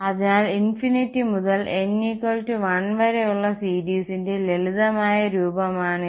അതിനാൽ മുതൽ n 1 വരെ ഉള്ള സീരിസിൻറെ ലളിതമായ രൂപമാണിത്